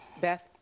Beth